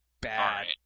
bad